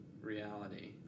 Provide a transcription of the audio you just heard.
reality